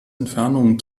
entfernungen